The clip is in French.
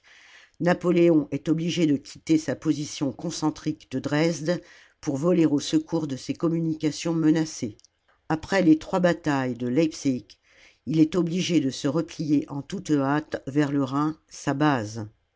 napoléon est obligé de quitter sa position concentrique de dresde pour voler au secours de ses communications menacées après les trois batailles de leipzig il est obligé de se replier en toute hâte vers le rhin sa base